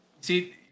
See